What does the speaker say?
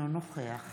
אינו נוכח